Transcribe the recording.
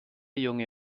junge